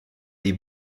les